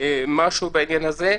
משהו בעניין הזה,